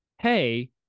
hey